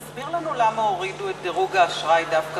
תסביר לנו למה הורידו את דירוג האשראי דווקא